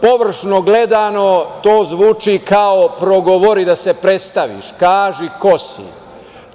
Površno gledano, to zvuči kao progovori da se predstaviš, kaži ko si.